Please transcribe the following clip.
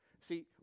See